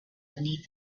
beneath